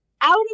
out